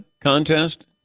contest